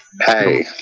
Hey